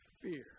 fear